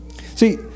See